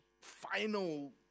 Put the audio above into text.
final